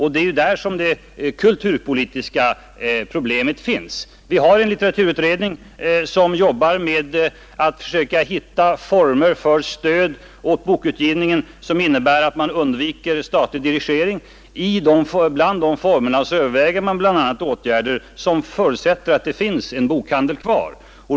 Det är här som det kulturpolitiska problemet finns. Vi har en litteraturutredning som jobbar med att försöka finna sådana former för stöd åt bokutgivningen att man undviker statlig dirigering. Bland de former man överväger finns även sådana som förutsätter att det finns en bokhandel kvar.